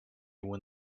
when